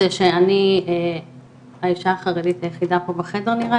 זה שאני האישה החרדית היחידה פה בחדר נראה